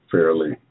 Fairly